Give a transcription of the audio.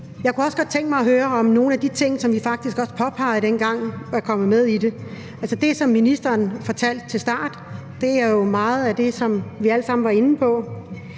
Jeg kunne også godt tænke mig at høre, om nogle af de ting, som vi faktisk også påpegede dengang, er kommet med i det. Altså, det, som ministeren fortalte i starten, er jo meget af det, som vi alle sammen var inde på,